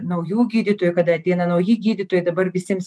naujų gydytojų kada ateina nauji gydytojai dabar visiems